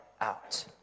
out